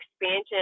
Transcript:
expansion